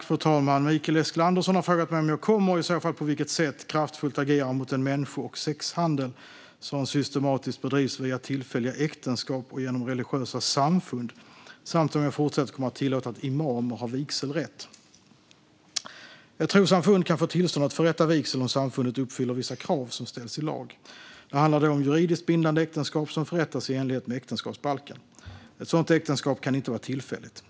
Fru talman! Mikael Eskilandersson har frågat mig om jag kommer att kraftfullt agera mot den människo och sexhandel som systematiskt bedrivs via tillfälliga äktenskap och genom religiösa samfund, och i så fall på vilket sätt, samt om jag fortsatt kommer att tillåta att imamer har vigselrätt. Ett trossamfund kan få tillstånd att förrätta vigsel om samfundet uppfyller vissa krav som ställs i lag. Det handlar då om juridiskt bindande äktenskap som förrättas i enlighet med äktenskapsbalken. Ett sådant äktenskap kan inte vara tillfälligt.